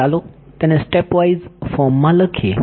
તો ચાલો તેને સ્ટેપવાઇઝ ફોર્મમાં લખીએ